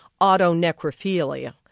Autonecrophilia